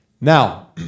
Now